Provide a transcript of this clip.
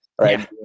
right